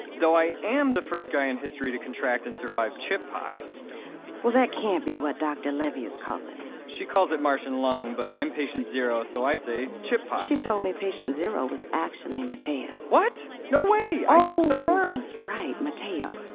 though i am the first guy in history to contract and survive chip pox well, that can't be what doctor levy is calling it she calls it martian lung, but i'm patient zero, so i say chip pox she told me patient zero was actually mateo what? no way, i touched the fern! ohhhh that's right, mateo.